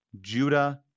Judah